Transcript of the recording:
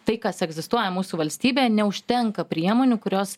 tai kas egzistuoja mūsų valstybėj neužtenka priemonių kurios